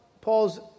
Paul's